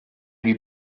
lui